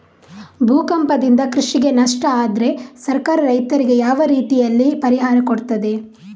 ಭೂಕಂಪದಿಂದ ಕೃಷಿಗೆ ನಷ್ಟ ಆದ್ರೆ ಸರ್ಕಾರ ರೈತರಿಗೆ ಯಾವ ರೀತಿಯಲ್ಲಿ ಪರಿಹಾರ ಕೊಡ್ತದೆ?